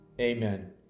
Amen